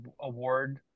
award